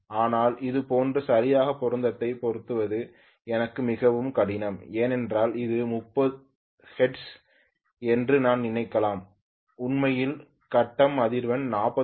ஆனால் அதுபோன்ற சரியான பொருத்தத்தைப் பெறுவது எனக்கு மிகவும் கடினம் ஏனென்றால் அது 50 ஹெர்ட்ஸ் என்று நான் நினைக்கலாம் உண்மையில் கட்டம் அதிர்வெண் 49